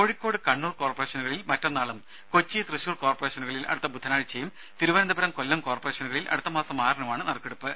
കോഴിക്കോട് കണ്ണൂർ കോർപ്പറേഷനുകളിൽ മറ്റന്നാളും കൊച്ചി തൃശ്ശൂർ കോർപ്പറേഷനുകളിൽ അടുത്ത ബുധനാഴ്ചയും തിരുവനന്തപുരം കൊല്ലം കോർപ്പറേഷനുകളിൽ അടുത്ത മാസം ആറിനുമാണ് നറുക്കെടുപ്പ്